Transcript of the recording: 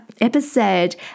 episode